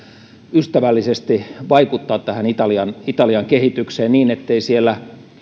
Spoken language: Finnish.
ystävällisesti vaikuttaa italian italian kehitykseen niin etteivät siellä